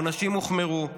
העונשים הוחמרו,